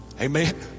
amen